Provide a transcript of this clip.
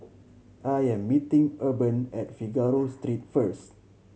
I am meeting Urban at Figaro Street first